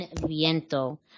Viento